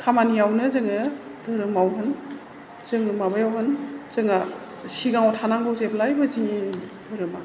खामानियावनो जोङो धोरोमाव होन जों माबायाव होन जोङो सिगांयाव थानांगौ जेब्लायबो जोंनि धोरोमा